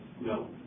no